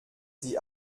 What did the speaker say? sie